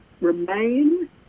remain